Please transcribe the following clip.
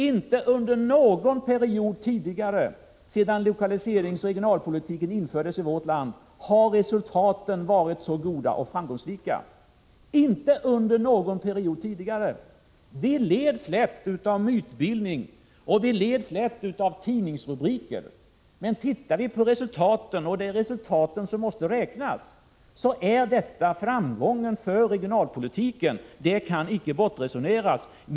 Inte under någon period sedan lokaliseringsoch regionalpolitiken infördes i vårt land har resultaten varit så goda och insatserna visat sig vara så framgångsrika. Jag upprepar att detta inte hänt under någon period tidigare. Vi leds lätt av mytbildning och tidningsrubriker. Men tittar vi på resultaten —- det är resultaten som måste räknas — upptäcker vi att insatserna är en framgång för regionalpolitiken. Det kan icke bortresoneras.